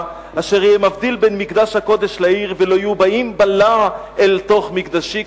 אשר יהיה מבדיל בין מקדש הקודש לעיר ולא יהיו באים בלע אל תוך מקדשי",